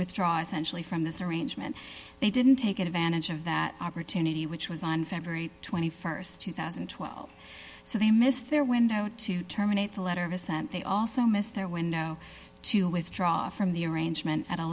withdraw essentially from this arrangement they didn't take advantage of that opportunity which was on february st two thousand and twelve so they missed their window to terminate the letter of assent they also missed their window to withdraw from the arrangement at a